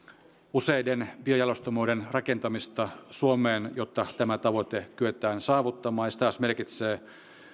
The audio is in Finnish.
useiden biojalostamoiden rakentamista suomeen jotta tämä tavoite kyetään saavuttamaan ja se taas merkitsee